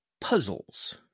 puzzles